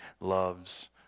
loves